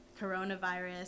coronavirus